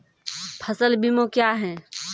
फसल बीमा क्या हैं?